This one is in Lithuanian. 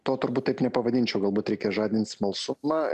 to turbūt taip nepavadinčiau galbūt reikia žadint smalsumą